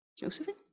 Josephine